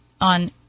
on